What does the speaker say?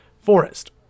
forest